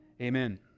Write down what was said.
Amen